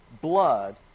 blood